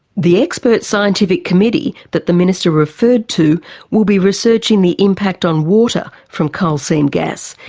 the expert scientific committee that the minister referred to will be researching the impact on water from coal seam gas.